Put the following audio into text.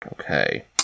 Okay